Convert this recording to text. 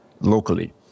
locally